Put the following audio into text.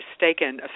mistaken